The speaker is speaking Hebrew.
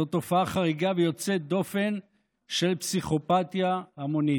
זו תופעה חריגה ויוצאת דופן של פסיכופתיה המונית.